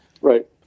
Right